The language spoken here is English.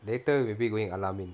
later we will be going al-ameen